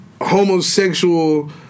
homosexual